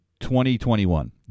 2021